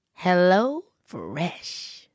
HelloFresh